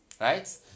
Right